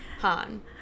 Han